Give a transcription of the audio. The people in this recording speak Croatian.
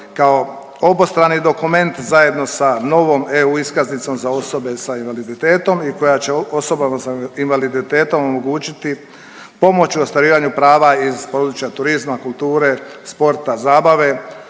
kao obostrani dokument zajedno sa novom EU iskaznicom za osobe sa invaliditetom i koja će osobama sa invaliditetom omogućiti pomoć u ostvarivanju prava iz područja turizma, kulture, sporta, zabave,